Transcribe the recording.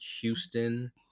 Houston